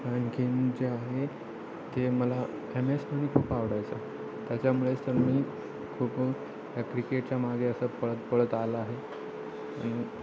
कारण गेम जे आहे ते मला एम एस धोनी खूप आवडायचं त्याच्यामुळेच तर मी खूप या क्रिकेटच्या मागे असं पळत पळत आलं आहे